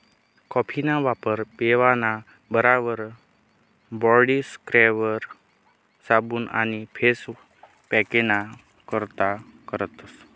कॉफीना वापर पेवाना बराबर बॉडी स्क्रबर, साबू आणि फेस पॅकना करता करतस